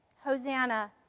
Hosanna